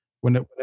whenever